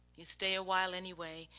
you stay awhile anyway,